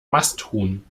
masthuhn